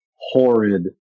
horrid